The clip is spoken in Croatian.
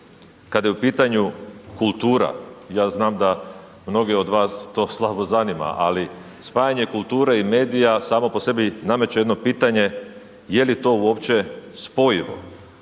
kada je u pitanju kultura, ja znam da mnoge od vas to slabo zanima, ali spajanje kulture i medija samo po sebi nameće jedno pitanje je li to uopće spojivo